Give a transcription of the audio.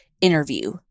interview